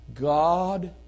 God